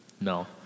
No